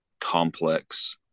complex